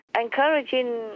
encouraging